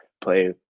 play